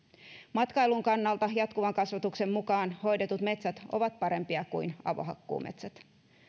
matkailun kannalta jatkuvan kasvatuksen mukaan hoidetut metsät ovat parempia kuin avohakkuumetsät